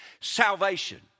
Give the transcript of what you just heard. Salvation